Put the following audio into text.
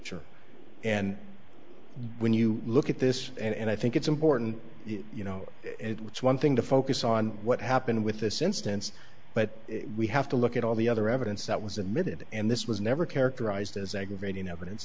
sure and when you look at this and i think it's important you know which one thing to focus on what happened with this instance but we have to look at all the other evidence that was admitted and this was never characterized as aggravating evidence